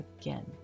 again